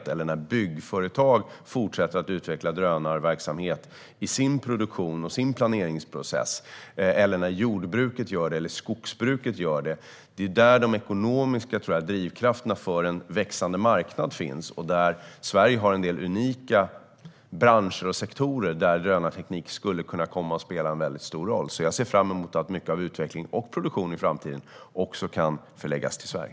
Ett ytterligare exempel är byggföretag som fortsätter att utveckla drönarverksamhet i sin produktion och sin planeringsprocess. Andra exempel är jordbruket och skogsbruket. Det är där de ekonomiska drivkrafterna för en växande marknad finns. Sverige har en del unika branscher och sektorer där drönarteknik kan komma att spela en väldigt stor roll. Jag ser fram emot att mycket av utvecklingen och produktionen i framtiden också kan förläggas till Sverige.